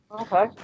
Okay